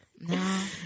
No